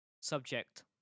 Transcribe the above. subject